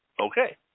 Okay